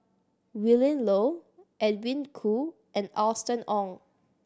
Willin Low Edwin Koo and Austen Ong